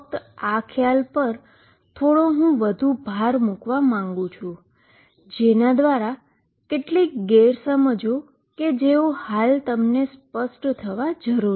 ફક્ત આ ખ્યાલ પર થોડો હું વધુ ભાર મુકવા માંગુ છું કે જેના દ્વાર કેટલીક ગેરસમજો કે જેઓ હાલ તમને સ્પષ્ટ થવા જોઈએ